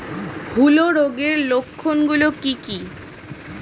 হূলো রোগের লক্ষণ গুলো কি কি?